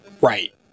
Right